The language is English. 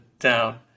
down